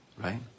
Right